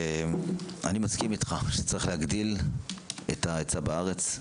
אני מסכים איתך שצריך להגדיל את ההיצע בארץ.